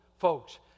folks